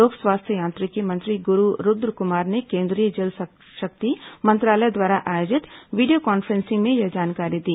लोक स्वास्थ्य यांत्रिकी मंत्री गुरू रूद्रकुमार ने केन्द्रीय जल शक्ति मंत्रालय द्वारा आयोजित वीडियो कॉन्फ्रेंसिंग में यह जानकारी दी